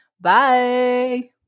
Bye